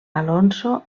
alonso